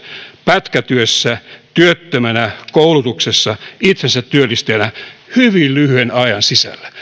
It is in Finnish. pätkätyössä työttömänä koulutuksessa itsensätyöllistäjänä hyvin lyhyen ajan sisällä